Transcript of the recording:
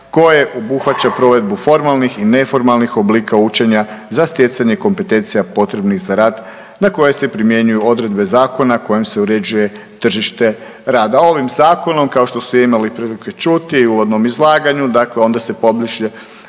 koje obuhvaća provedbu formalnih i neformalnih oblika učenja za stjecanje kompetencija potrebnih za rad na koje se primjenjuju odredbe zakona kojim se uređuje tržište rada. Ovim zakonom kao što ste imali prilike čuti u uvodnom izlaganju, dakle onda se pobliže